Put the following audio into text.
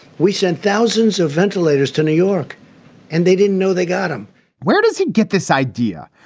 we sent thousands of ventilators to new york and they didn't know they got him where does he get this idea?